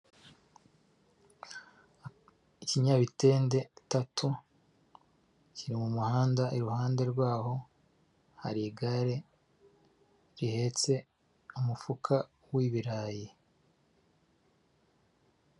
Ikinyabitende itatu kiri mu muhanda, iruhande rwaho hari igare rihetse umufuka w'ibirayi.